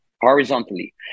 horizontally